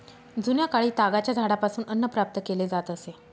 जुन्याकाळी तागाच्या झाडापासून अन्न प्राप्त केले जात असे